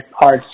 parts